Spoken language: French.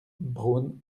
braun